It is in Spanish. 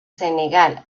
senegal